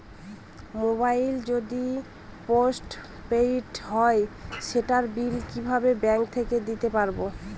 Mobile যদি post paid হয় সেটার বিল কিভাবে ব্যাংক থেকে দিতে পারব?